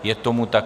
Je tomu tak.